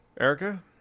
Erica